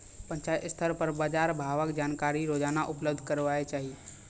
पंचायत स्तर पर बाजार भावक जानकारी रोजाना उपलब्ध करैवाक चाही?